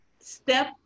step